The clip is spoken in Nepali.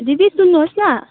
दिदी सुन्नुहोस् न